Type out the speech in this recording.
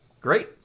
Great